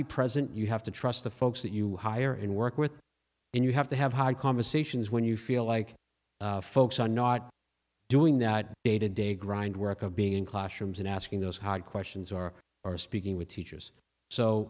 be present you have to trust the folks that you hire and work with and you have to have hard conversations when you feel like folks are not doing that day to day grind work of being in classrooms and asking those hard questions or are speaking with teachers so